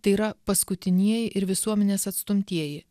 tai yra paskutinieji ir visuomenės atstumtieji